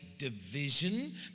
Division